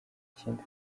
ikindi